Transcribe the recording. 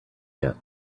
yet